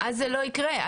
זה לא יקרה.